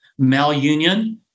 malunion